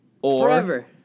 Forever